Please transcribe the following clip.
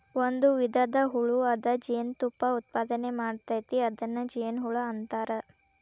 ಒಂದು ವಿಧದ ಹುಳು ಅದ ಜೇನತುಪ್ಪಾ ಉತ್ಪಾದನೆ ಮಾಡ್ತತಿ ಅದನ್ನ ಜೇನುಹುಳಾ ಅಂತಾರ